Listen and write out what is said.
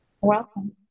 Welcome